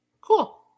Cool